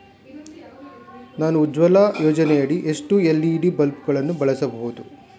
ನಾನು ಉಜಾಲ ಯೋಜನೆಯಡಿ ಎಷ್ಟು ಎಲ್.ಇ.ಡಿ ಬಲ್ಬ್ ಗಳನ್ನು ಬಳಸಬಹುದು?